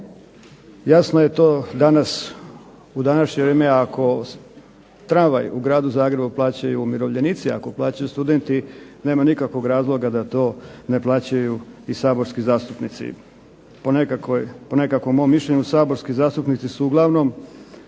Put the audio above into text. Jasno je to danas, u današnje vrijeme ako tramvaj u Gradu Zagrebu plaćaju umirovljenici, ako plaćaju studenti, nema nikakvog razloga da to ne plaćaju i saborski zastupnici. Po nekakvim mom mišljenju saborski zastupnici su uglavnom